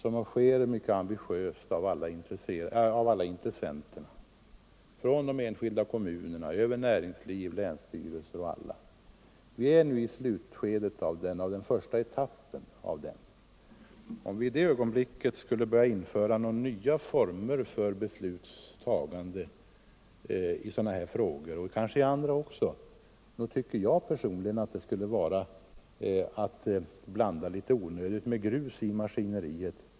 Och det arbetet utförs mycket ambitiöst av alla intressenter — de enskilda kommunerna, näringslivet, länsstyrelsen och övriga. Att i detta ögonblick införa nya former för beslutsfattandet i dessa och andra frågor tycker jag personligen skulle vara att hälla grus i maskineriet.